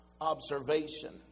observation